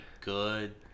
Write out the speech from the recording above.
good